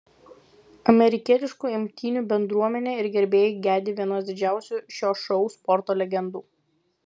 amerikietiškų imtynių bendruomenė ir gerbėjai gedi vienos didžiausių šio šou sporto legendų